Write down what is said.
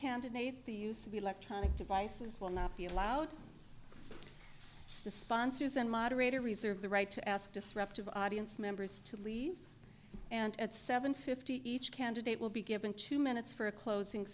candidate the use of electronic devices will not be allowed the sponsors and moderator reserve the right to ask disruptive audience members to leave and at seven fifty each candidate will be given two minutes for a closing